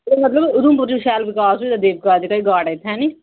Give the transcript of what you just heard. एह्दा मतलब उधमपुर च शैल विकास होई गेदा ऐ देवका दा जेह्का घाट ऐ इत्थै ऐ नी